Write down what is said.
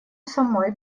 самой